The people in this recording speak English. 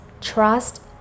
trust